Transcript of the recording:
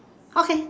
okay